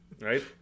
right